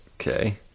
okay